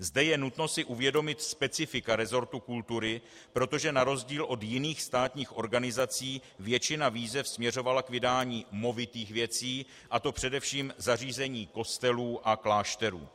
Zde je nutno si uvědomit specifika resortu kultury, protože na rozdíl od jiných státních organizací většina výzev směřovala k vydání movitých věcí, a to především zařízení kostelů a klášterů.